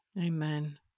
Amen